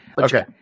Okay